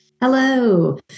Hello